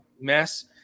mess